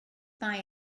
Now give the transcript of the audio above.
mae